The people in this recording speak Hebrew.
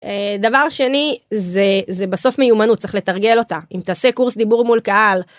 דבר שני זה... זה בסוף מיומנות צריך לתרגל אותה אם תעשה קורס דיבור מול קהל.